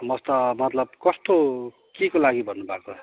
म त मतलब कस्तो के को लागि भन्नुभएको